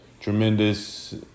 tremendous